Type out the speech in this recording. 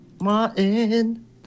Martin